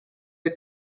the